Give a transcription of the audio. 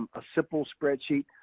a simple spreadsheet,